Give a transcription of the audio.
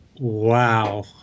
Wow